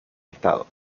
estado